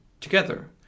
together